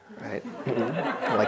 right